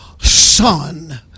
son